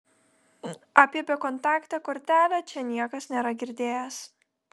apie bekontaktę kortelę čia niekas nėra girdėjęs